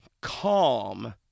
calm